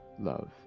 love